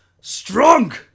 strong